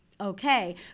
okay